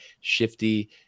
shifty